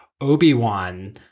Obi-Wan